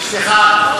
סליחה,